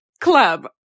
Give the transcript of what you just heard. Club